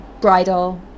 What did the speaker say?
bridal